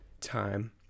time